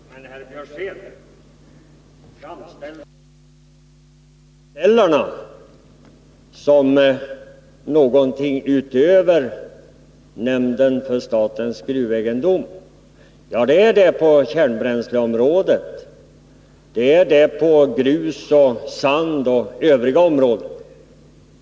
Herr talman! Herr Björzén framställer det som att det skulle finnas fler beställare än nämnden för statens gruvindustri. Ja, det finns det inom kärnbränsleområdet, inom grus-, sandoch övriga områden.